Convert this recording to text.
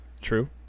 True